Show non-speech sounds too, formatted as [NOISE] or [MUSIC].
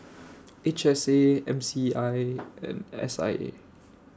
H S A M C I [NOISE] and S I A